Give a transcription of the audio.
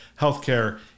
healthcare